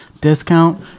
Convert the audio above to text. discount